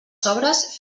sobres